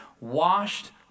washed